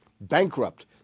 bankrupt